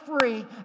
free